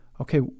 okay